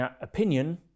opinion